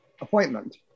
appointment